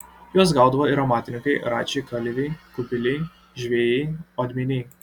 juos gaudavo ir amatininkai račiai kalviai kubiliai žvejai odminiai